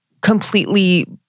completely